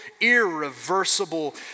irreversible